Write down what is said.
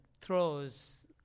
throws